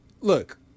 look